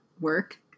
work